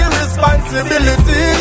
responsibility